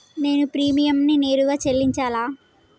నేను ప్రీమియంని నేరుగా చెల్లించాలా?